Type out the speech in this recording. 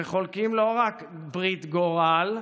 שחולקים לא רק ברית גורל,